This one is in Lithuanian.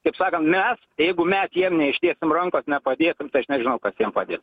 kaip sakant mes jeigu mes jiem neištiesim rankos nepadėsim tai aš nežinau kas jiem padės